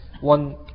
One